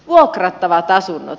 vuokrattavat asunnot